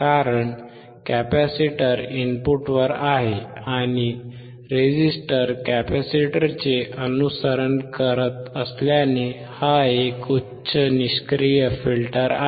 कारण कॅपेसिटर इनपुटवर आहे आणि रेझिस्टर कॅपेसिटरचे अनुसरण करत असल्याने हा एक उच्च निष्क्रिय फिल्टर आहे